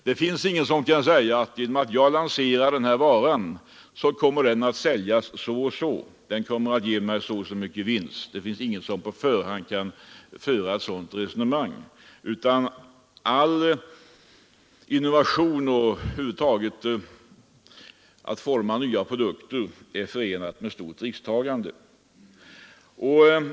Det finns ingen som kan säga: Genom att jag lanserar den här varan kommer den att säljas så och så mycket, den kommer att ge mig så och så stor vinst. Det finns ingen som på förhand kan bestämma detta. All innovation, över huvud taget allt utformande av nya produkter är förenat med ett stort risktagande.